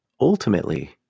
Ultimately